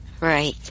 Right